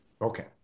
Okay